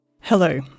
Hello